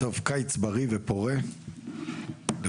קיץ בריא ופורה לכולם.